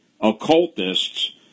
occultists